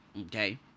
okay